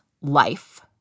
life